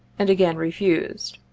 and again refused.